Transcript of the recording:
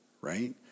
right